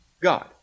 God